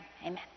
amen